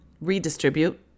redistribute